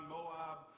Moab